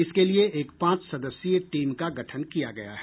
इसके लिए एक पांच सदस्यीय टीम का गठन किया गया है